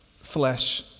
flesh